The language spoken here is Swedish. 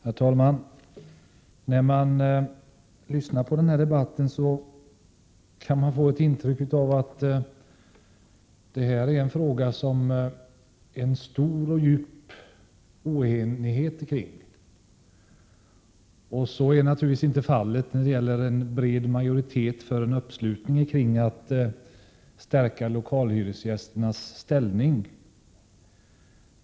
Herr talman! När man lyssnar på debatten kan man få ett intryck av att det här är en fråga som det råder en stor och djup oenighet om. Så är naturligtvis inte fallet. Det finns en bred majoritet för och uppslutning kring förslaget att stärka lokalhyresgästernas ställning.